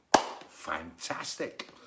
fantastic